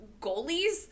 goalies